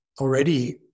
already